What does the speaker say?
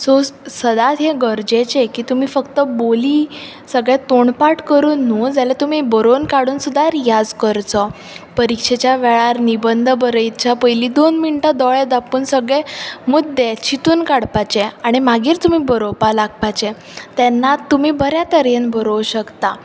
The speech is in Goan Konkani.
सो सदांत हें गरजेचें की तुमी फक्त बोली सगळें तोंडपाट करून न्हू जाल्यार तुमी बरोवन काडून सुद्दां रियाज करचो परिक्षेच्या वेळार निबंद बरयच्या पयलीं दोन मिण्टां दोळे धांपून सगळे मुद्दे चिंतून काडपाचे आनी मागीर तुमी बरोवपा लागपाचे तेन्ना तुमी बऱ्या तरेन बरोवंक शकता